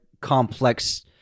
complex